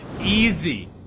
easy